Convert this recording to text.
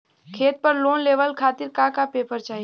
खेत पर लोन लेवल खातिर का का पेपर चाही?